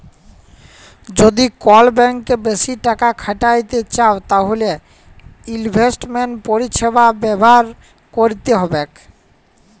যদি কল ব্যাংকে বেশি টাকা খ্যাটাইতে চাউ তাইলে ইলভেস্টমেল্ট পরিছেবা ব্যাভার ক্যইরতে হ্যবেক